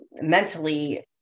mentally